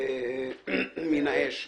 מן האש,